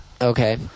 Okay